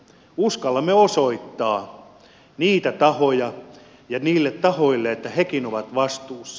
uskallamme osoittaa niille tahoille että hekin ovat vastuussa